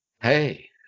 Hey